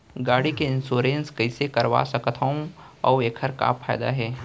गाड़ी के इन्श्योरेन्स कइसे करा सकत हवं अऊ एखर का फायदा हे?